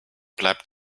bleibt